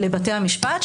לבתי המשפט,